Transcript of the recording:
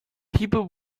people